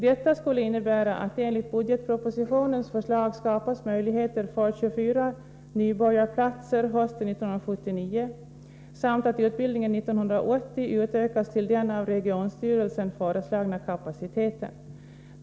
Detta skulle innebära att det enligt budgetpropositionens förslag skapas möjligheter för 24 nybörjarplatser hösten 1979 samt att utbildningen 1980 utökas till den av regionstyrelsen föreslagna kapaciteten.